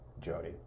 Jody